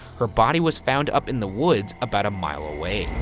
her body was found up in the woods about a mile away.